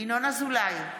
ינון אזולאי,